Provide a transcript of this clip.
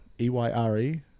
E-Y-R-E